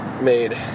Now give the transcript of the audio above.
made